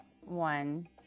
one